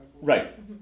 Right